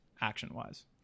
action-wise